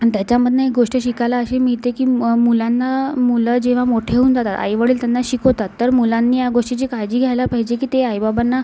आणि त्याच्यामधून एक गोष्ट शिकायला अशी मिळते की मग मुलांना मुलं जेव्हा मोठी होऊन जातात आईवडील त्यांना शिकवतात तर मुलांनी या गोष्टीची काळजी घ्यायला पाहिजे की ते आईबाबांना